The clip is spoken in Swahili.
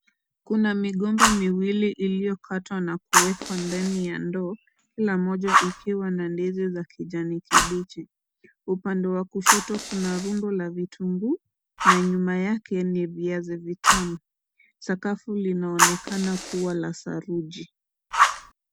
Kuna migomba miwili iliyokatwa na kuwekwa ndani ya ndoo, kila moja ikiwa na ndizi za kijani kibichi, upande wa kushoto kuna rundo la kitunguu na nyuma yake ni viazi vitamu, sakafu linaonekana kuwa la saruji.